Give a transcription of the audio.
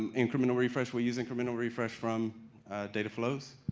and incremental refresh, we use incremental refresh from data flows,